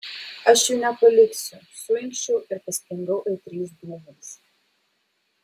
aš jų nepaliksiu suinkščiau ir paspringau aitriais dūmais